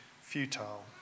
futile